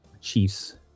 Chiefs